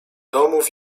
domów